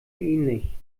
ähnlich